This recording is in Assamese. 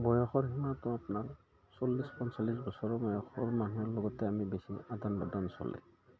বয়সৰ সীমাটো আপোনাৰ চল্লিছ পঞ্চলিছ বছৰৰ বয়সৰ মানুহৰ লগতে আমি বেছি আদান প্ৰদান চলে